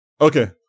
Okay